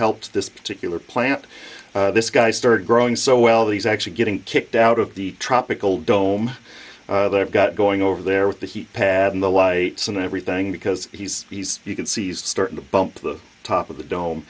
helped this particular plant this guy started growing so well he's actually getting kicked out of the tropical dome they've got going over there with the heat pad and the lie and everything because he's he's you can see starting to bump the top of the dome